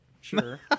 Sure